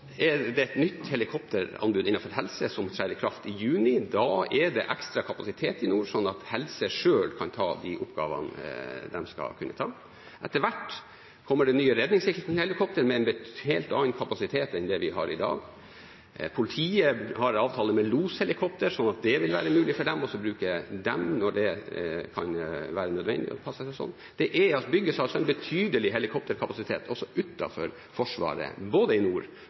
et nytt helikopteranbud innenfor helseområdet i kraft i juni. Da er det ekstra kapasitet i nord sånn at helseområdet selv kan ta de oppgavene de skal kunne ta. Etter hvert kommer det nye redningshelikoptre med en helt annen kapasitet enn det vi har i dag. Politiet har avtale med LOS-helikopter, så det vil være mulig å bruke dem når det kan være nødvendig og det passer seg sånn. Det bygges altså en betydelig helikopterkapasitet også utenfor Forsvaret, både i nord